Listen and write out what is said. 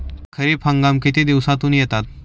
खरीप हंगाम किती दिवसातून येतात?